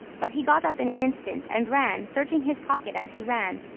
but he got up in an instant, and ran, searching his pocket as he ran.